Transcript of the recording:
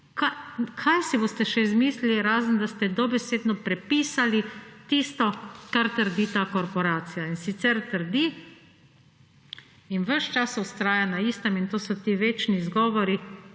kaj si boste še izmislili, razen da ste dobesedno prepisali tisto, kar trdi ta korporacija, in sicer trdi in ves čas vztraja na istem in to so ti večni izgovori,